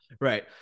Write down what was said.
Right